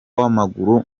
w’amaguru